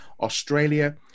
Australia